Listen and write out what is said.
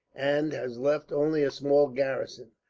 and has left only a small garrison.